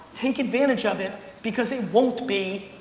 take advantage of it because they won't be.